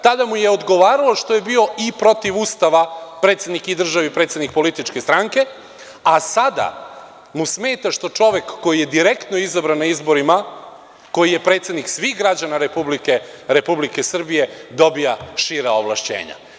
Tada mu je odgovaralo što je bio i protiv Ustava i predsednik države i predsednik političke stranke, a sada mu smeta što čovek koji je direktno izabran na izborima, koji je predsednik svih građana Republike Srbije dobija šira ovlašćenja.